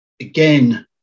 again